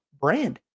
brand